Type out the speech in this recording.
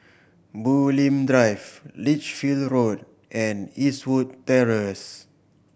Bulim Drive Lich Road and Eastwood Terrace